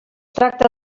tracta